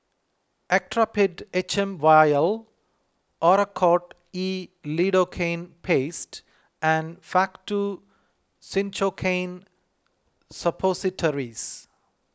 Actrapid H M Vial Oracort E Lidocaine Paste and Faktu Cinchocaine Suppositories